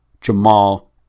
Jamal